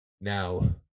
Now